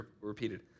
repeated